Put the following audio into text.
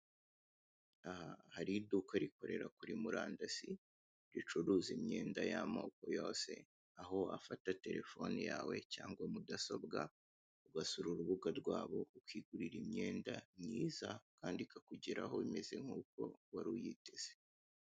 Aha hari iduka rikorera kuri murandasi ricuruza imyenda y'amoko yose aho wafata telephone yawe cyangwa mudasobwa ugasura urubuga rwabo ukigurira imyenda mwiza kandi ikakugeraho imeze nk'uko waruyiteze.